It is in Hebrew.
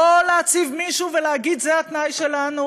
לא להציב מישהו ולהגיד שזה התנאי שלנו,